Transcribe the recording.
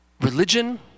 religion